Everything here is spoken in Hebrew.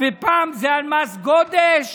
ופעם זה מס גודש,